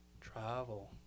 travel